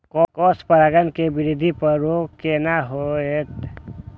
Cross परागण के वृद्धि पर रोक केना होयत?